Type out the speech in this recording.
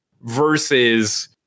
versus